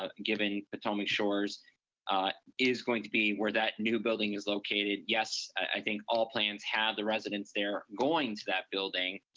ah given potomac shores is going to be where that new building is located. yes, i think all plans have the residents there going to that building.